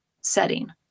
setting